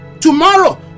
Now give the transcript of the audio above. Tomorrow